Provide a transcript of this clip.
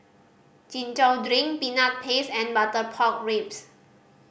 Chin Chow drink Peanut Paste and butter pork ribs